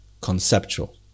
conceptual